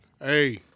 Hey